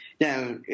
Now